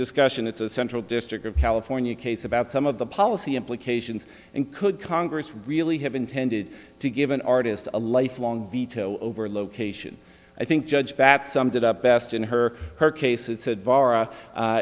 discussion it's a central district of california case about some of the policy implications and could congress really have intended to give an artist a lifelong veto over a location i think judge that summed it up best in her her case it said vara